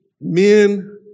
men